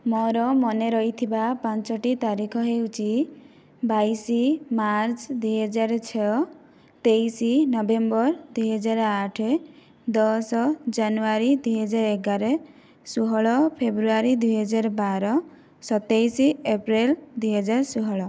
ମୋର ମନେ ରହିଥିବା ପାଞ୍ଚୋଟି ତାରିଖ ହେଉଛି ବାଇଶ ମାର୍ଚ୍ଚ ଦୁଇ ହଜାର ଛଅ ତେଇଶ ନଭେମ୍ବର ଦୁଇ ହଜାର ଆଠ ଦଶ ଜାନୁଆରୀ ଦୁଇ ହଜାର ଏଗାର ଷୋହଳ ଫେବୃଆରୀ ଦୁଇହଜାର ବାର ସତେଇଶ ଏପ୍ରିଲ ଦୁଇହଜାର ଷୋହଳ